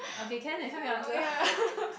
okay can you help me answer